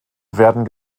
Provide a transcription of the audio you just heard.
werden